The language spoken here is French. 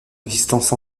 existence